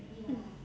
mm